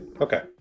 Okay